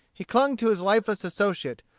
he clung to his lifeless associate,